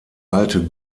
alte